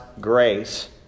grace